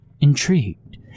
intrigued